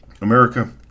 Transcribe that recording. America